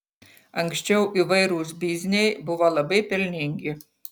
anksčiau įvairūs bizniai buvo labai pelningi